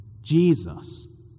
Jesus